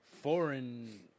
foreign